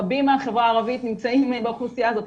רבים מהחברה הערבית נמצאים באוכלוסייה הזאת,